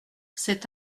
cet